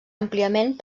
àmpliament